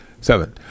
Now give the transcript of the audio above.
Seven